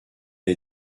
est